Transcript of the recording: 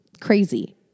crazy